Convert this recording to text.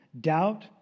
doubt